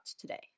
today